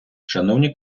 шановні